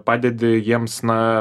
padedi jiems na